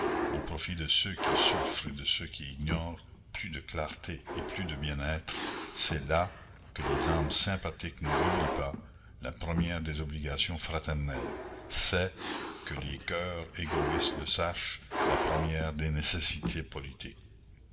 au profit de ceux qui souffrent et de ceux qui ignorent plus de clarté et plus de bien-être c'est là que les âmes sympathiques ne l'oublient pas la première des obligations fraternelles c'est que les coeurs égoïstes le sachent la première des nécessités politiques